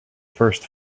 first